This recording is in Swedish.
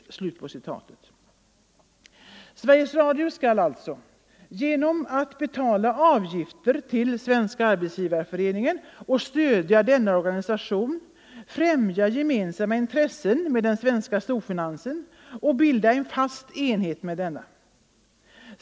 Sveriges Radio skall alltså, genom att betala avgifter till Svenska arbetsgivareföreningen och stödja denna organisation, främja intressen som man har gemensamt med den svenska storfinansen och bilda en fast enhet med denna!